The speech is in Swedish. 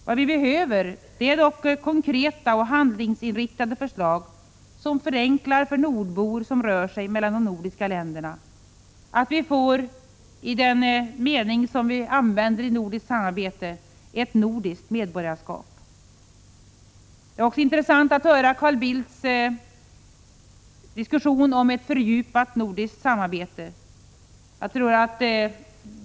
Vad vi behöver är dock konkreta och handlingsinriktade förslag som förenklar för nordbor som rör sig mellan de nordiska länderna, så att vi får — i den mening som vi avser med nordiskt samarbete — ett nordiskt medborgarskap. Det var också intressant att höra Carl Bildts diskussion om ett fördjupat nordiskt samarbete.